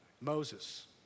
Moses